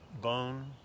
bone